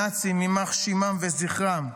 הנאצים, יימח שמם וזכרם,